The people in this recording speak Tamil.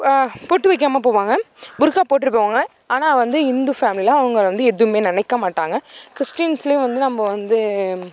பொட்டு வைக்காமல் போவாங்க புர்க்கா போட்டுட்டு போவாங்க ஆனால் வந்து இந்து ஃபேமிலியில அவங்கள வந்து எதுவுமே நினைக்க மாட்டாங்க கிறிஸ்ட்டின்ஸ்லையும் வந்து நம்ம வந்து